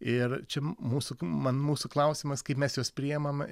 ir čia mūsų man mūsų klausimas kaip mes juos priimam